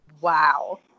wow